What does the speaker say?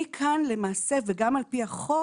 מכאן, למעשה, וגם על-פי החוק